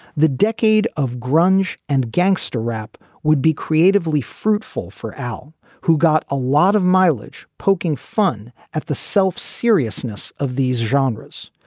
the decade of grunge and gangsta rap would be creatively fruitful for al, who got a lot of mileage poking fun at the self seriousness of these genres.